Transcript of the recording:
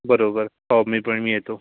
बरोबर हो पण मी येतो